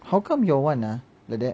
how come your [one] ah like that